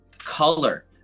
color